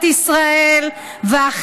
מדינות אחרות.